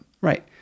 Right